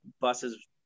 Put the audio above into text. buses